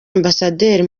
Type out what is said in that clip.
ambasaderi